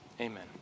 Amen